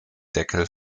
deckel